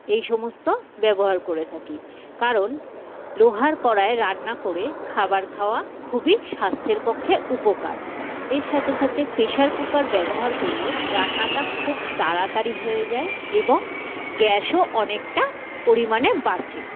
এই সমস্ত ব্যবহার করে থাকি কারণ লোহার কড়াইয়ে রান্না করে খাবার খাওয়া খুবই স্বাস্থ্যের পক্ষে উপকার এর সাথে সাথে প্রেশার কুকার ব্যবহার করলে রান্নাটা খুব তাড়াতাড়ি হয়ে যায় এবং গ্যাসও অনেকটা পরিমাণে বাঁচে